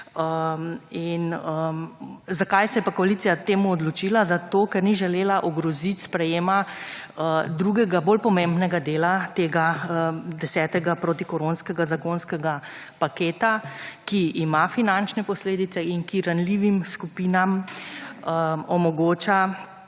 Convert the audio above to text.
Zakaj se je pa koalicija temu odločila? Zato, ker ni želela ogroziti sprejema drugega bolj pomembnega dela tega 10 protikoronskega zakonskega paketa, ki ima finančne posledice in ki ranljivim skupinam omogoča